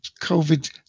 Covid